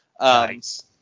Nice